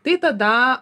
tai tada